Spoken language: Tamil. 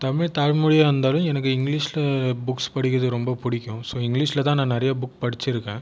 தமிழ் தாய்மொழியாக இருந்தாலும் எனக்கு இங்லீஷில் புக்ஸ் படிக்கிறது ரொம்ப பிடிக்கும் ஸோ இங்லீஷில் தான் நான் நிறையா புக் படிச்சுருக்கேன்